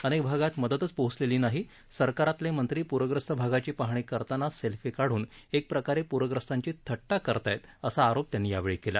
अनेक भागात मतदतच पोचलेली नाही सरकारातले मंत्री पूरग्रस्त भागाची पाहणी करतानाच सेल्फी काढून एक प्रकारे पूरग्रस्तांची थट्टा करत आहेत असा आरोप त्यांनी यावेळी केला